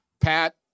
Pat